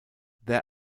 there